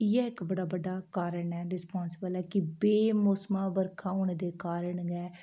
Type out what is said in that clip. इ'यै इक बड़ा बड्डा कारण ऐ रिसपांसबिल ऐ कि बे मौसमा बरखा होने दे कारण गै